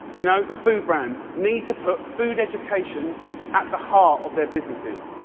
you know, the food brands, need to put food education at the heart of their businesses.